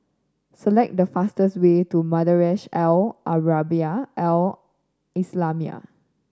select the fastest way to Madrasah Al Arabiah Al Islamiah